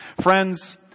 Friends